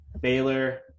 Baylor